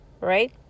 right